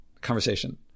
conversation